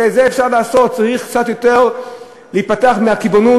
את זה אפשר לעשות, צריך קצת יותר להיפתח מהקיבעון,